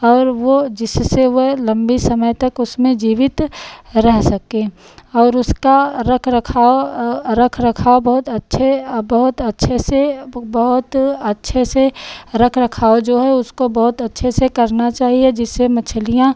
और वो जिससे वह लम्बे समय तक उसमें जीवित रह सकें और उसका रखरखाव रखरखाव बहुत अच्छे बहुत अच्छे से बहुत अच्छे से रखरखाव जो है उसको बहुत अच्छे से करना चाहिए जिससे मछलियाँ